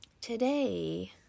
today